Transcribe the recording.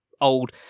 old